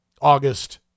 August